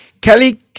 Kelly